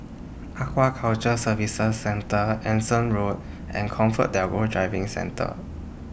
Aquaculture Services Centre Anson Road and ComfortDelGro Driving Centre